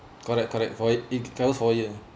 correct correct for it it tells for you